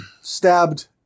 stabbed